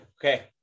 Okay